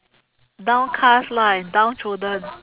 downcast lah and downtrodden